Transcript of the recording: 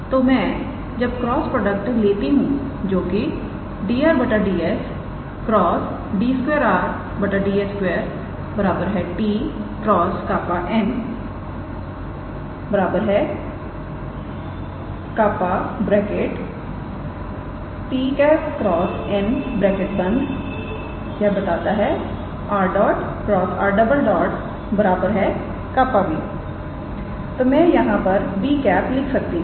तो मैं जब क्रॉस प्रोडक्ट लेता हूं जो कि 𝑑𝑟⃗ 𝑑𝑠 × 𝑑 2𝑟⃗ 𝑑𝑠 2 𝑡̂× 𝜅𝑛̂ 𝜅𝑡̂× 𝑛̂ ⇒ 𝑟̇ × 𝑟̈ 𝜅𝑏̂ है तो मैं यहां 𝑏̂ लिख सकती हूं